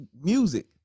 music